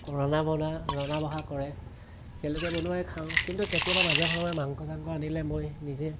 ৰনা বনা ৰন্ধা বঢ়া কৰে তেওঁলোকে বনোৱাই খাওঁ কিন্তু কেতিয়াবা মাজে সময়ে মাংস চাংস আনিলে মই নিজে